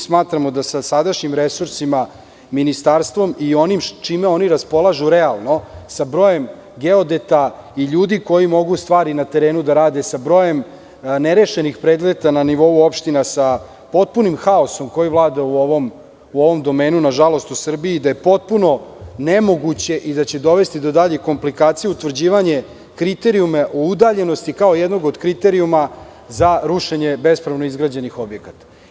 Smatramo da sa sadašnjim resursima, ministarstvom i onim čime oni raspolažu realno, sa brojem geodeta i ljudi koji mogu stvari na terenu da rade sa brojem nerešenih predmeta na nivou opština, sa potpunim haosom koji vlada u ovom domenu nažalost u Srbiji, da je potpuno nemoguće i da će dovesti do daljih komplikacija utvrđivanje kriterijuma o udaljenosti, kao jednog od kriterijuma za rušenje bespravno izgrađenih objekata.